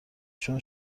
چون